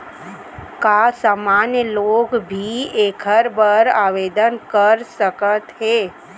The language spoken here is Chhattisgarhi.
का सामान्य लोग भी एखर बर आवदेन कर सकत हे?